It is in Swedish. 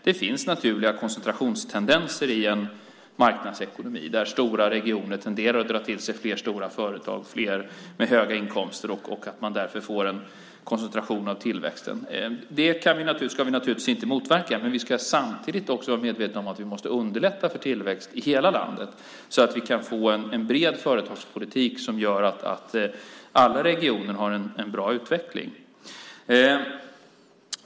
Det finns naturliga koncentrationstendenser i en marknadsekonomi där stora regioner tenderar att dra till sig flera stora företag och flera med höga inkomster och därför får en koncentration av tillväxten. Det ska vi naturligtvis inte motverka. Men samtidigt ska vi också vara medvetna om att vi måste underlätta för tillväxt i hela landet så att vi kan få en bred företagspolitik som gör att alla regioner har en bra utveckling.